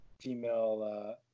female